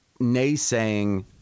naysaying